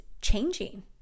changing